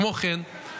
כמו כן,